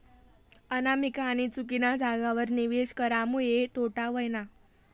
अनामिकानी चुकीना जागावर निवेश करामुये तोटा व्हयना